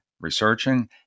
researching